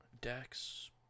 Dex